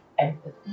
empathy